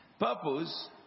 purpose